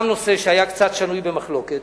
גם נושא שהיה קצת שנוי במחלוקת,